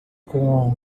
com